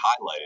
highlighted